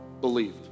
believed